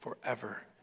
forever